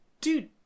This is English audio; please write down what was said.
dude